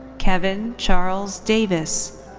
kevin charles davis.